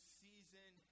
season